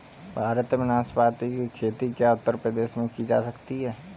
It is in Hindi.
भारत में नाशपाती की खेती क्या उत्तर प्रदेश में की जा सकती है?